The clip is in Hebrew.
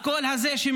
הקול הזה,